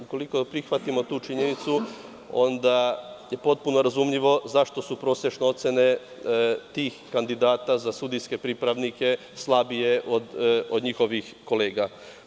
Ukoliko prihvatimo tu činjenicu, onda je potpuno razumljivo zašto su prosečne ocene tih kandidata za sudijske pripravnike slabije od njihovih kolega.